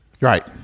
Right